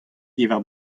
diwar